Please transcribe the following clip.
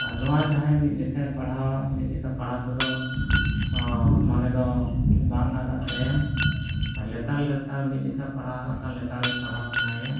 ᱟᱨ ᱱᱚᱣᱟ ᱡᱟᱦᱟᱭᱮᱢ ᱢᱤᱫ ᱡᱚᱠᱷᱟᱭ ᱯᱟᱲᱦᱟᱣᱟ ᱢᱤᱫ ᱡᱚᱠᱷᱟ ᱯᱟᱲᱦᱟᱣ ᱛᱮᱫᱚ ᱢᱚᱱᱮᱫᱚ ᱵᱟᱝ ᱟᱫᱟᱜ ᱛᱟᱭᱟ ᱞᱮᱛᱟᱲ ᱞᱮᱛᱟᱲ ᱢᱤᱫ ᱡᱮᱠᱷᱟ ᱯᱟᱲᱦᱟᱣ ᱠᱟᱜ ᱠᱷᱟᱱ ᱞᱮᱛᱟᱲᱜᱮ ᱯᱟᱲᱦᱟᱣ ᱥᱟᱱᱟᱭ ᱭᱟ